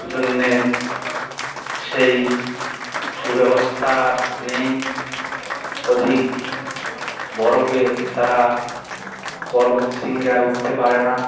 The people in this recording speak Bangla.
জন্যে সেই সুব্যবস্থা আর নেই অধিক বরফে তারা পর্বতশৃঙ্গে আর উঠতে পারে না